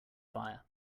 fire